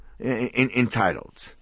entitled